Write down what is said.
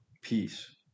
peace